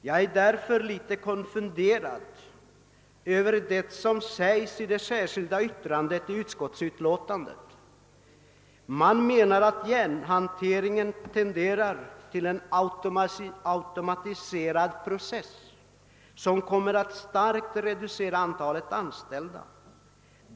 Därför är jag litet konfunderad över det som står i det särskilda yttrande som fogats till utskottets utlåtande, där det bl.a. säges: »Utvecklingen inom järnhanteringen tenderar till en automatiserad process som kommer att starkt reducera antalet anställda.